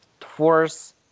force